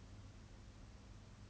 refuge that she talks about